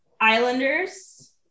islanders